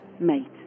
Mate